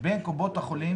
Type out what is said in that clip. בין קופות החולים